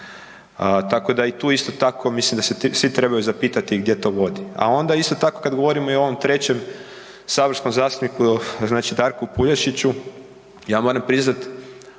Tako da i tu isto tako mislim da se svi trebaju zapitati gdje to vodi. A onda isto tako kad govorimo i o ovom trećem saborskom zastupniku znači Darku Puljašiću, ja moram priznat